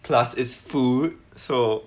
plus is food so